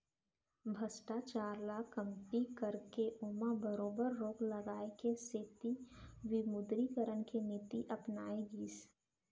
भस्टाचार ल कमती करके ओमा बरोबर रोक लगाए के सेती विमुदरीकरन के नीति अपनाए गिस